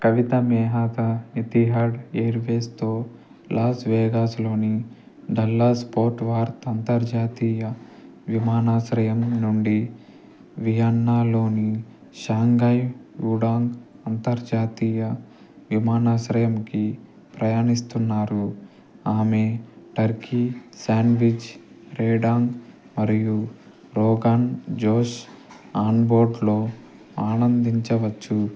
కవితా Mehta Etihad ఎయిర్వేస్తో లాస్వెగాస్లోని Dallas Fort Worth అంతర్జాతీయ విమానాశ్రయం నుండి వియన్నాలోని షాంఘై పూడాంగ్ అంతర్జాతీయ విమానాశ్రయంకి ప్రయాణిస్తున్నారు ఆమె టర్కీ శాండ్విచ్ రేడాంగ్ మరియు రోగన్ జోష్ ఆన్బోర్డ్లో ఆనందించవచ్చు